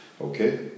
Okay